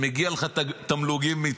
אני באמת חושב שמגיעים לך תמלוגים מצה"ל.